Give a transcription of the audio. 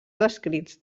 descrits